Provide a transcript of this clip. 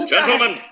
Gentlemen